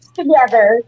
together